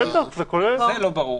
זה לא ברור.